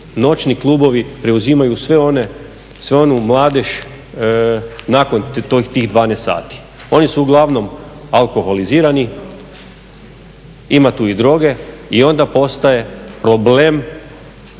noćni klubovi preuzimaju svu onu mladež nakon tih 12 sati. Oni su uglavnom alkoholizirani, ima tu i droge i onda postaje problem